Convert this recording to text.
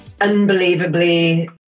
Unbelievably